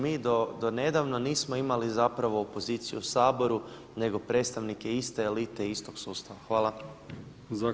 Mi do nedavno nismo imali zapravo opoziciju u Saboru nego predstavnike iste elite istog sustava.